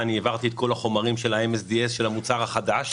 העברתי את כל החומרים של המוצר החדש למשרד לאיכות הסביבה,